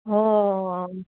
অ' অঁ